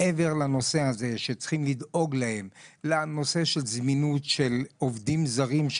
מעבר לכך שבאמת צריכים לדאוג להם לזמינות בנושא של עובדים זרים,